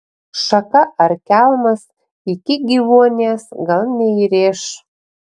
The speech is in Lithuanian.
šaka ar kelmas iki gyvuonies gal neįrėš